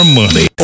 money